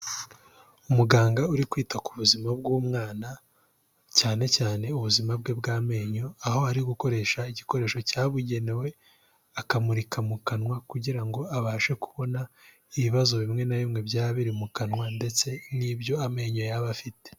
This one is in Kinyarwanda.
Umuganga uri kwita ku buzima bw'umwana, cyane cyane ubuzima bwe bw'amenyo, aho ari gukoresha igikoresho cyabugenewe akamurika mu kanwa, kugira ngo abashe kubona ibibazo bimwe na bimwe byaba biri mu kanwa, ndetse n'ibyo amenyo yaba afite.